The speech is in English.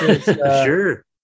Sure